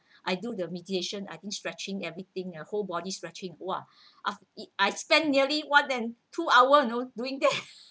I do the meditation I think stretching everything uh whole body stretching !wah! af~ I spend nearly one than two hours you know doing there